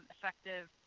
effective